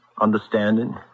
understanding